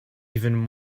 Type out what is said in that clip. even